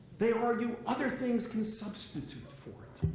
they argue other things can substitute for it.